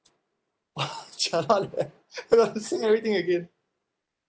jialat leh I got to say everything again